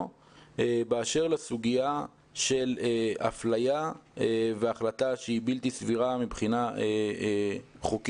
באשר לסוגיה של אפליה והחלטה שהיא בלתי סבירה חוקית?